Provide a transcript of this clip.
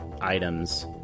items